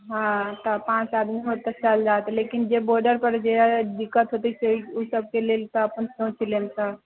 हँ तऽ पाँच आदमी हो तऽ चलि जायत लेकिन जे बॉर्डरपर जे दिक्कत होतै से ओसभके लेल तऽ अपन सोचि लेब